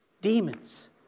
demons